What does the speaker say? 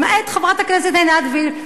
למעט חברת הכנסת עינת וילף,